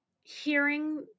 hearing